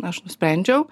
aš nusprendžiau